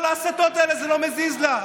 כל ההסתות האלה, זה לא מזיז לה.